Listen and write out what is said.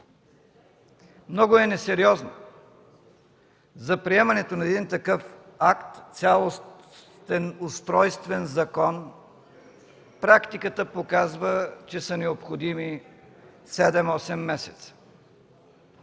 Много е несериозно! За приемането на един такъв акт – цялостен устройствен закон, практиката показва, че са необходими седем-осем